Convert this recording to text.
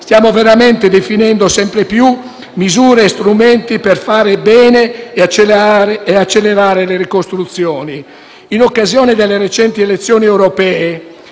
stiamo veramente definendo sempre di più misure e strumenti per fare bene e accelerare le ricostruzioni. In occasione delle recenti elezioni europee